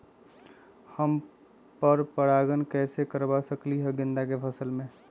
हम पर पारगन कैसे करवा सकली ह गेंदा के फसल में?